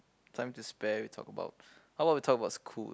time to spare we talk about how about we talk about school